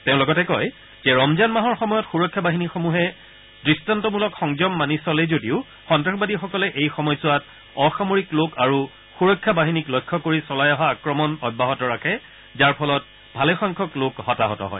তেওঁ লগতে কয় যে ৰমজান মাহৰ সময়ত সুৰক্ষা বাহিনীসকলে দৃষ্টান্তমূলক সংযম মানি চলে যদিও সন্তাসবাদীসকলে এই সময়ছোৱাত অসামৰিক লোক আৰু সুৰক্ষা বাহিনীক লক্ষ্য কৰি চলাই অহা আক্ৰমণ অব্যাহত ৰাখে যাৰ ফলত ভালেসংখ্যক লোক হতাহত হয়